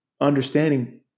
understanding